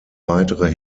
weitere